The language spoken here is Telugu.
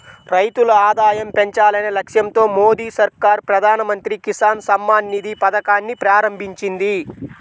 రైతుల ఆదాయం పెంచాలనే లక్ష్యంతో మోదీ సర్కార్ ప్రధాన మంత్రి కిసాన్ సమ్మాన్ నిధి పథకాన్ని ప్రారంభించింది